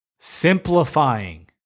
Simplifying